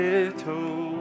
Little